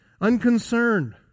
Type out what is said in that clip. unconcerned